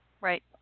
right